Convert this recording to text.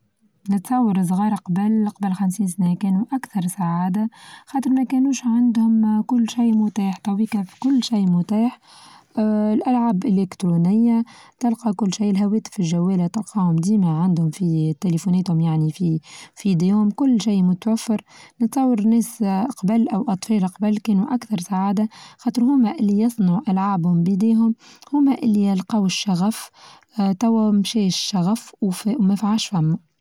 نتاور صغار قبل قبل خمسين سنة كانوا أكثر سعادة خاطر ما كانوش عندهم كل شيء متاح تويكا كل شيء متاح الألعاب الإلكترونية تلقى كل شيء الهواتف الجوالة تقع ديما عندهم في تليفوناتهم يعني في-في ايديهم، كل شيء متوفر نتصور الناس أقبل أو الأطفال أقبل كانوا أكثر سعادة، خاطر هما اللى يصنعوا ألعابهم بيديهم هما لي يلقاو الشغف آآ توا مشاي الشغف ومفعاش ثما.